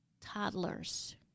toddlers